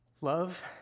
Love